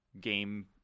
game